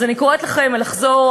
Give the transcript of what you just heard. אז אני קוראת לכם לחזור,